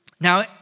Now